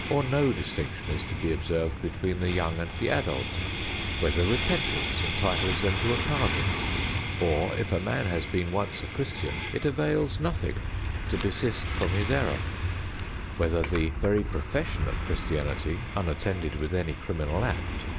or no distinction is to be observed between the young and the adult whether repentance entitles them to a pardon or if a man has been once a christian, it avails nothing to desist from his error whether the very profession of christianity, unattended with any criminal act,